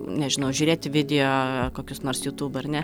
nežinau žiūrėti video ar kokius nors youtube ar ne